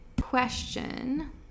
Question